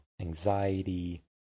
anxiety